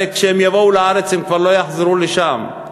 הרי הם יבואו לארץ וכבר לא יחזרו לשם,